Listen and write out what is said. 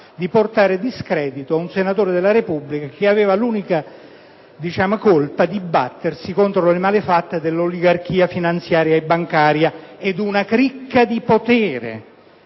di portare discredito ad un senatore della Repubblica che aveva l'unica colpa di battersi contro le malefatte dell'oligarchia finanziaria e bancaria, di una cricca di potere.